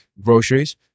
groceries